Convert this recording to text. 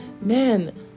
man